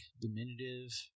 diminutive